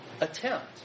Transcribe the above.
attempt